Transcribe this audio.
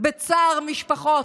בצער משפחות.